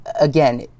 again